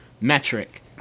metric